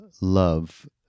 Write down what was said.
love